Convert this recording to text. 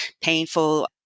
painful